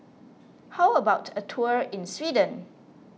how about a tour in Sweden